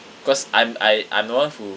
cause I'm I I'm the one who